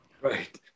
right